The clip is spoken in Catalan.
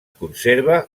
conserva